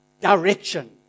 direction